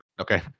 okay